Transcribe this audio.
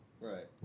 Right